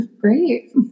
Great